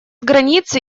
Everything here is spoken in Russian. границы